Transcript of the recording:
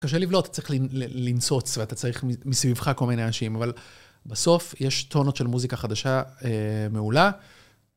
קשה לבלוט, אתה צריך לנצוץ ואתה צריך מסביבך כל מיני אנשים, אבל בסוף יש טונות של מוזיקה חדשה מעולה.